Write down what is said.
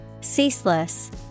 Ceaseless